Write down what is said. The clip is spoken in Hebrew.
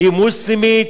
היא מוסלמית,